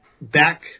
back